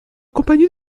campagne